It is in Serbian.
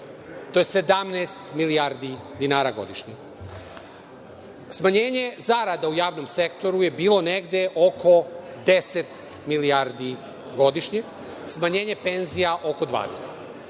to je 17 milijardi dinara godišnje. Smanjenje zarada u javnom sektoru je bilo negde oko 10 milijardi godišnje, smanjenje penzija oko